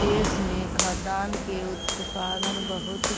देश में खाद्यान्न के उत्पादन बहुत